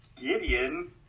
Gideon